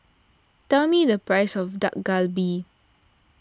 tell me the price of Dak Galbi